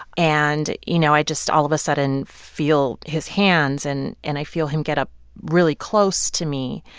and, you know, i just, all of a sudden, feel his hands, and and i feel him get up really close to me.